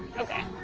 okay.